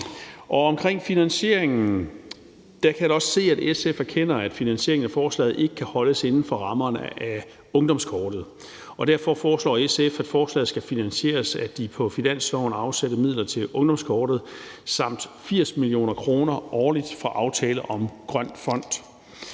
Omkring finansieringen kan jeg da også se, at SF erkender, at finansieringen af forslaget ikke kan holdes inden for rammerne af ungdomskortet. Derfor foreslår SF, at forslaget skal finansieres af de på finansloven afsatte midler til ungdomskortet samt 80 mio. kr. årligt fra aftalen om en grøn fond.